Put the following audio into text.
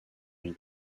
une